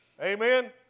Amen